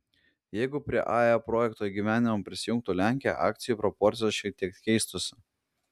jeigu prie ae projekto įgyvendinimo prisijungtų lenkija akcijų proporcijos šiek tiek keistųsi